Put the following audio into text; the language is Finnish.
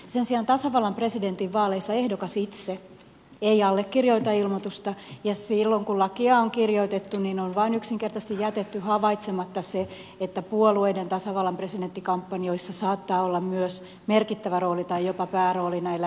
sen sijaan tasavallan presidentin vaaleissa ehdokas itse ei allekirjoita ilmoitusta ja silloin kun lakia on kirjoitettu on vain yksinkertaisesti jätetty havaitsematta se että puolueiden tasavallan presidentti kampanjoissa saattaa olla myös merkittävä rooli tai jopa päärooli näillä yhdistyksillä